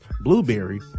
Blueberry